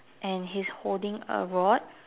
and he's holding a rod